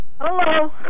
Hello